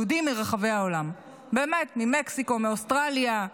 יהודים מרחבי העולם, באמת, ממקסיקו, מאוסטרליה,